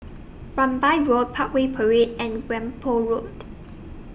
Rambai Road Parkway Parade and Whampoa Road